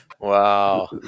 Wow